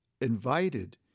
invited